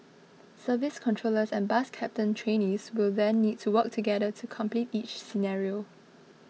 service controllers and bus captain trainees will then need to work together to complete each scenario